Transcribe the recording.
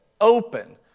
open